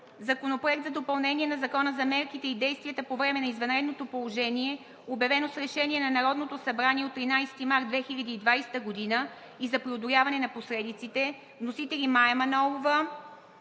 Законопроект за допълнение на Закона за мерките и действията по време на извънредното положение, обявено с Решение на Народното събрание от 13 март 2020 г. и за преодоляване на последиците. Вносители – народните